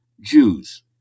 Jews